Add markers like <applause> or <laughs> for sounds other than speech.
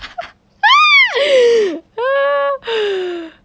<laughs>